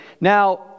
now